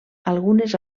algunes